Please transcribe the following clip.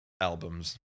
albums